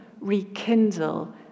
rekindle